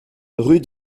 rue